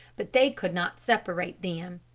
but they could not separate them.